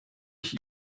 ich